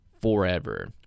forever